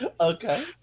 Okay